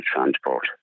transport